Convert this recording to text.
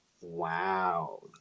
wow